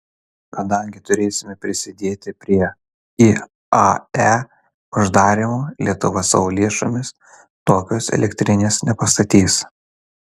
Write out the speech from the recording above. kadangi turėsime prisidėti prie iae uždarymo lietuva savo lėšomis tokios elektrinės nepastatys